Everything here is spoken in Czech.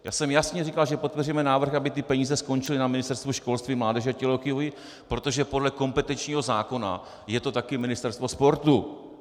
Já jsem jasně říkal, že podpoříme návrh, aby ty peníze skončily na Ministerstvu školství, mládeže a tělovýchovy, protože podle kompetenčního zákona je to taky ministerstvo sportu.